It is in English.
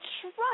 trust